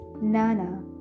Nana